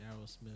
Aerosmith